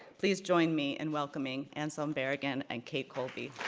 please join me in welcoming anselm berrigan and kate colby.